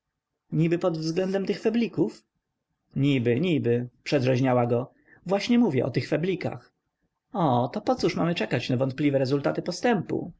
niby pod względem tych feblików niby niby przedrzeźniała go właśnie mówię o tych feblikach o to pocóż mamy czekać na wątpliwe rezultaty postępu